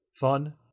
fun